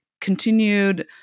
continued